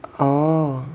orh